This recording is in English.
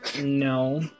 No